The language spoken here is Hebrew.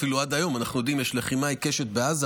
אפילו עד היום אנחנו יודעים שיש לחימה עיקשת בעזה,